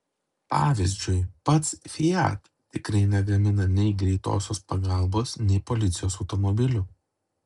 pavyzdžiui pats fiat tikrai negamina nei greitosios pagalbos nei policijos automobilių